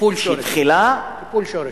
טיפול שורש.